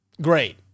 Great